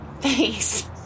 Thanks